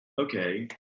Okay